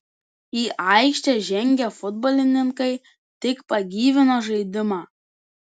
į aikštę žengę futbolininkai tik pagyvino žaidimą